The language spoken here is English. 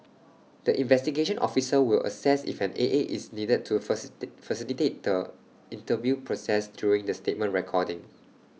the investigation officer will assess if an A A is needed to A facilitate the interview process during the statement recording